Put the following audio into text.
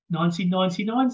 1999